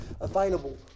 available